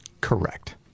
Correct